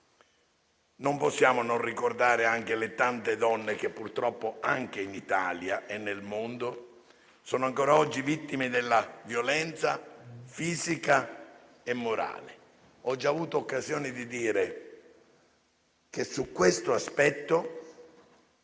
non possiamo non ricordare anche le tante donne che purtroppo anche in Italia e nel mondo sono ancora oggi vittime della violenza fisica e morale. Ho già avuto occasione di dire che su questo aspetto